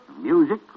music